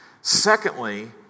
Secondly